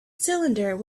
cylinder